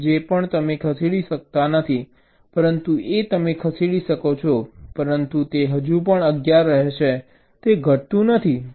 H J પણ તમે ખસેડી શકતા નથી પરંતુ A તમે ખસેડી શકો છો પરંતુ તે હજુ પણ 11 રહે છે તે ઘટતું નથી